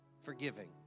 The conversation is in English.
forgiving